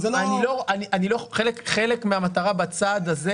חלק מהמטרה בצעד הזה